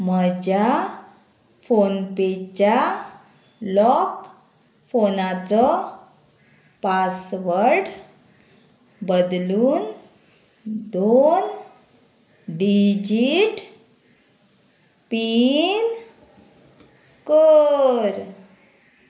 म्हज्या फोनपेच्या लॉक फोनाचो पासवर्ड बदलून दोन डिजीट पीन कर